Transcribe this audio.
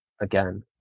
again